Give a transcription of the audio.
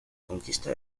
conquista